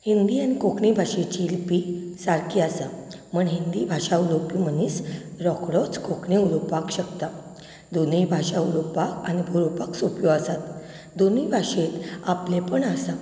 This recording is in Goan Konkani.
हिंदी आनी कोंकणी भाशेची लिपी सारकी आसा पूण हिंदी भाशा उलोवपी मनीस रोकडोच कोंकणी उलोपाक शकता दोनूय भाशा उलोपाक आनी बरोपाक सोंप्यो आसात दोनूय भाशेंत आपलेंपण आसा